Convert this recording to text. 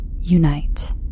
unite